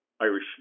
Irish